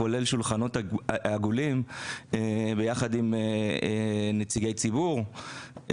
כולל שולחנות עגולים ביחד עם נציגי ציבור,